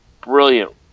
brilliant